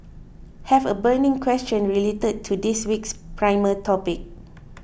have a burning question related to this week's primer topic